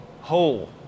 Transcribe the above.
whole